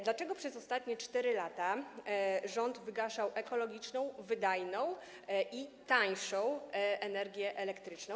Dlaczego przez ostatnie 4 lata rząd wygaszał ekologiczną, wydajną i tańszą energię elektryczną?